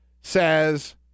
says